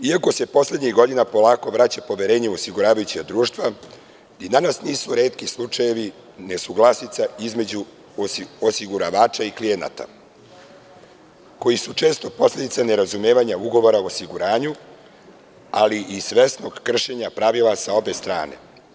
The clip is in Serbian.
Iako se poslednjih godina polako vraća poverenje u osiguravajuća društva, ni danas nisu retki slučajevi nesuglasica između osiguravača i klijenata, koji su često posledica nerazumevanja ugovora o osiguranju, ali i svesnog kršenja pravila sa obe strane.